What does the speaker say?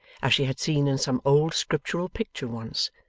as she had seen in some old scriptural picture once,